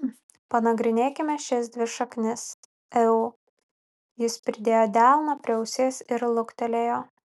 panagrinėkime šias dvi šaknis eu jis pridėjo delną prie ausies ir luktelėjo